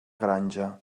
granja